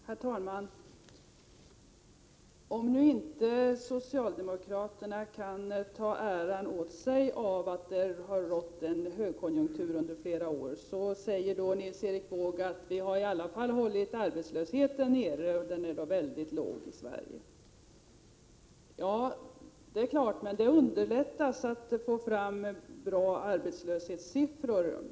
Herr talman! Socialdemokraterna kan inte ta åt sig äran av att det har rått en högkonjunktur under flera år, men Nils Erik Wååg säger att de i alla fall har hållit arbetslösheten nere, och att den är mycket låg i Sverige. Det underlättar om man kan få fram bra arbetslöshetssiffror.